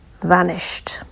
vanished